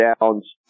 downs